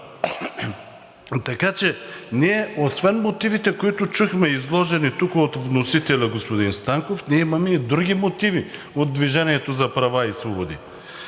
Така че ние освен мотивите, които чухме, изложени тук от вносителя господин Станков, ние имаме и други мотиви от „Движение за права и свободи“.